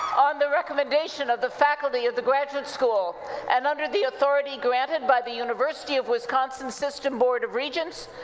on the recommendation of the faculty of the graduate school and under the authority granted by the university of wisconsin system board of regents,